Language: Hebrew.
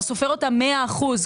אתה סופר אותה 100 אחוזים.